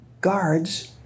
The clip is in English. guards